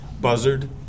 buzzard